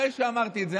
אחרי שאמרתי את זה,